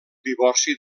divorci